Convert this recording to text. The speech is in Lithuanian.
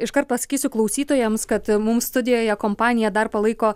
iškart pasakysiu klausytojams kad mums studijoje kompaniją dar palaiko